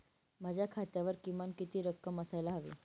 माझ्या खात्यावर किमान किती रक्कम असायला हवी?